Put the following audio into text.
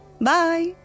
Bye